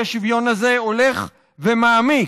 האי-שוויון הזה הולך ומעמיק,